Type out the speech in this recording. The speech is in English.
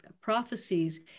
prophecies